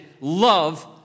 love